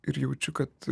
ir jaučiu kad